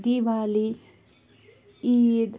diwali eid